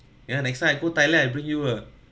ya next time I go thailand I bring you uh